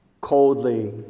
coldly